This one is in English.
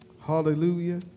Hallelujah